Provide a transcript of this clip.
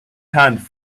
hands